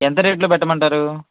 ఎంత రేటులో పెట్టమంటారు